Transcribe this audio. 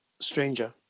stranger